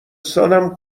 سالم